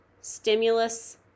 stimulus